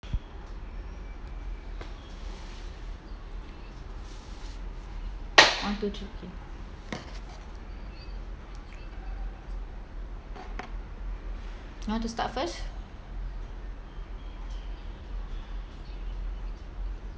one two three okay you want to start first